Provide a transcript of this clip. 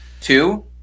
Two